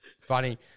Funny